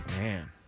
Man